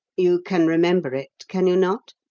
you can remember it, can you not?